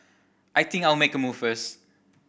I think I'll make a move first